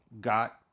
got